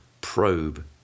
probe